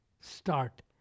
start